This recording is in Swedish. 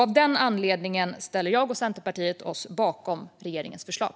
Av denna anledning ställer jag och Centerpartiet oss bakom regeringens förslag.